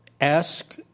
ask